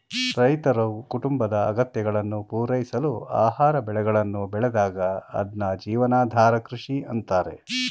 ರೈತರು ಕುಟುಂಬದ ಅಗತ್ಯಗಳನ್ನು ಪೂರೈಸಲು ಆಹಾರ ಬೆಳೆಗಳನ್ನು ಬೆಳೆದಾಗ ಅದ್ನ ಜೀವನಾಧಾರ ಕೃಷಿ ಅಂತಾರೆ